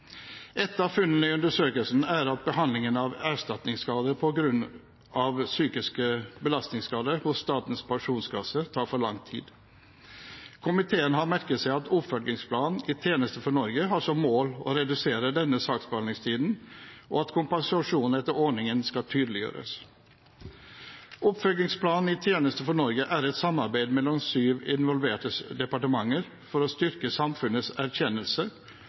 Et av funnene i undersøkelsen er at behandlingen av erstatningsskader på grunn av psykiske belastningsskader hos Statens pensjonskasse tar for lang tid. Komiteen har merket seg at oppfølgingsplanen «I tjeneste for Norge» har som mål å redusere denne saksbehandlingstiden, og at kompensasjon etter ordningen skal tydeliggjøres. Oppfølgingsplanen «I tjeneste for Norge» er et samarbeid mellom sju involverte departementer for å styrke samfunnets erkjennelse